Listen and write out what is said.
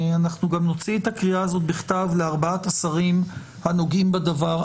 אנחנו גם נוציא את הקריאה הזאת בכתב לארבעת השרים הנוגעים בדבר,